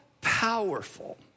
powerful